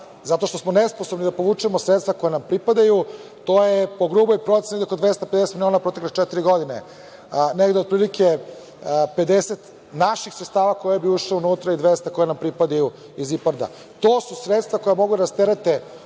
zato što smo nesposobni da povučemo sredstva koja nam pripadaju. To je po gruboj proceni negde oko 250 miliona za protekle četiri godine, negde otprilike 50 naših sredstava koja bi ušla unutra i 200 koja nam pripadaju iz IPARD-a. To su sredstva koja mogu da rasterete